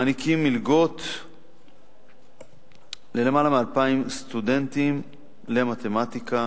מעניקים מלגות ללמעלה מ-2,000 סטודנטים למתמטיקה.